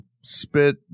spit